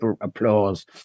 applause